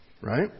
right